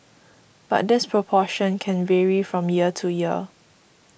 but this proportion can vary from year to year